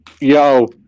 yo